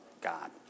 God